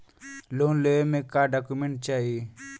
Loan लेवे मे का डॉक्यूमेंट चाही?